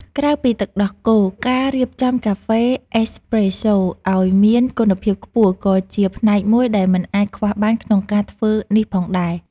ក្រៅពីទឹកដោះគោ ការរៀបចំកាហ្វេអេសប្រេសូឱ្យមានគុណភាពខ្ពស់ក៏ជាផ្នែកមួយដែលមិនអាចខ្វះបានក្នុងការធ្វើនេះផងដែរ។